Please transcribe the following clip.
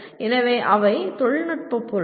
எனவே அவை தொழில்நுட்ப பொருட்கள்